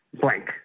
Blank